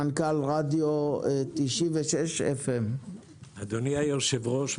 מנכ"ל רדיו 96FM. אדוני היושב-ראש,